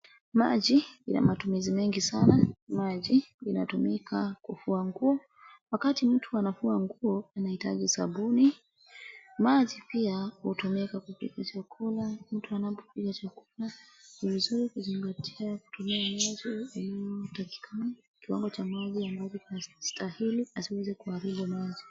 Maji yanamatumizi mengi sana. Maji inatumika kufua nguo, wakati mtu anafua nguo anahitaji sabuni. Maji pia hutumika kupika chakula, mtu anapopika chakula ni vizuri kuzingatia kutumia maji inayotakikana, kiwango cha ambavyo inastahili isiweze kuharibu maji.